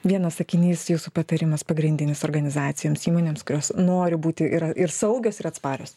vienas sakinys jūsų patarimas pagrindinis organizacijoms įmonėms kurios nori būti yra ir saugios ir atsparios